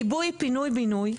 בעיבוי פינוי-בינוי,